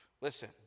Listen